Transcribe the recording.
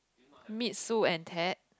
meet Su and Ted